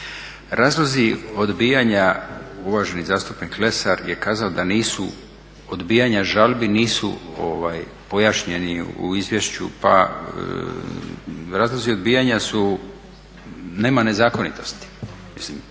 Razlozi odbijanja uvaženi zastupnik Lesar je kazao da nisu, odbijanja žalbi nisu pojašnjeni u izvješću. Pa razlozi odbijanja su nema nezakonitosti. Mislim,